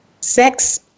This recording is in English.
Sex